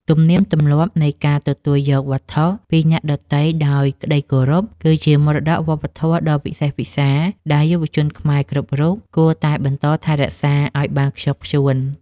ទំនៀមទម្លាប់នៃការទទួលយកវត្ថុពីអ្នកដទៃដោយក្តីគោរព គឺជាមរតកវប្បធម៌ដ៏វិសេសវិសាលដែលយុវជនខ្មែរគ្រប់រូបគួរតែបន្តថែរក្សាឱ្យបានខ្ជាប់ខ្ជួន។